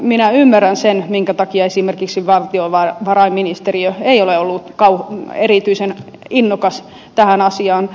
minä ymmärrän sen minkä takia esimerkiksi valtiovarainministeriö ei ole ollut erityisen innokas tästä asiasta